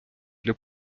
для